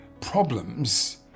problems